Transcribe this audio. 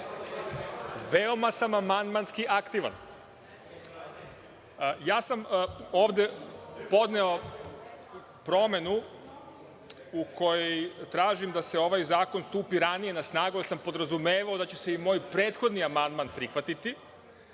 Veoma sam amandmanski aktivan. Ovde sam podneo promenu u kojoj tražim da ovaj zakon stupi ranije na snagu, jer sam podrazumevao da će se i moj prethodni amandman prihvatiti,